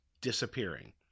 disappearing